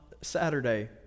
Saturday